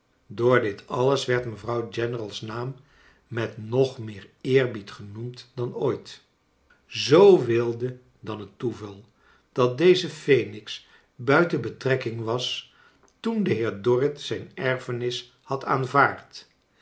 door dit alles werd mevrouw general's naam met nog meer eerbied genoemd ian ooit zoo wilde dan het toeval dat deze phenix buiten betrekking was toen de heer dorr it zijn erfenis had aanvaard